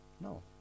No